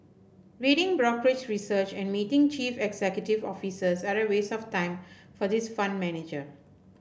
reading brokerage research and meeting chief executive officers are a waste of time for this fund manager